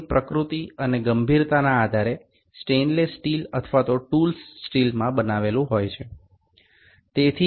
তারপরে প্রকৃতি এবং কতবার ব্যবহার করা হবে তার উপর নির্ভর করে ভার্নিয়ার ক্যালিপার মরিচা রোধক ইস্পাত বা সরঞ্জাম তৈরির ইস্পাত দিয়ে তৈরি করা হয়